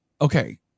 okay